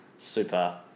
Super